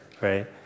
right